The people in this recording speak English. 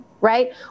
right